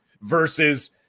versus